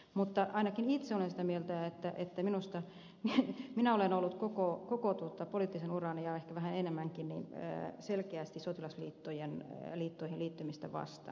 mutta ainakin itse olen sitä mieltä että ette minusta mitä minä olen ollut koko poliittisen urani ja ehkä vähän enemmänkin selkeästi sotilasliittoihin liittymistä vastaan